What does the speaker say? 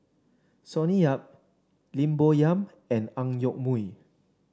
Sonny Yap Lim Bo Yam and Ang Yoke Mooi